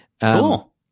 Cool